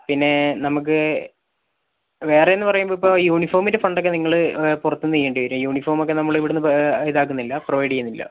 പിന്നേ നമുക്ക് വേറെയെന്നു പറയുമ്പോൾ ഇപ്പോൾ യൂണിഫോമിന്റെ ഫണ്ടൊക്കെ നിങ്ങള് പുറത്ത് നിന്ന് ചെയ്യേണ്ടിവരും യൂണിഫോമൊക്കെ നമ്മള് ഇവിടുന്ന് ഇതാക്കുന്നില്ല പ്രൊവൈഡ് ചെയ്യുന്നില്ല